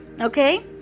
Okay